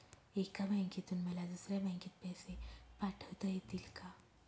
एका बँकेतून मला दुसऱ्या बँकेत पैसे पाठवता येतील का?